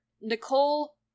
Nicole